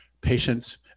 Patients